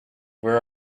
where